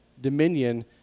dominion